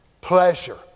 pleasure